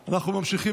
במשפחה),